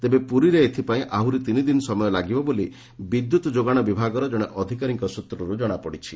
ତେବେ ପୁରୀରେ ଏଥିପାଇଁ ଆହୁରି ତିନି ଦିନ ସମୟ ଲାଗିବ ବୋଲି ବିଦ୍ୟୁତ୍ ଯୋଗାଶ ବିଭାଗର ଜଶେ ଅଧିକାରୀଙ୍ଙ ସ୍ ତ୍ରରୁ ଜଣାପଡ଼ିଛି